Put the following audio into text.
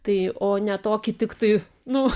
tai o ne tokį tiktai nu